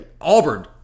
Auburn